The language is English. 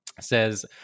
says